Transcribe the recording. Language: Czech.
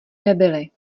nebyly